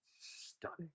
Stunning